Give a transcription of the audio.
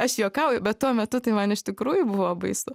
aš juokauju bet tuo metu tai man iš tikrųjų buvo baisu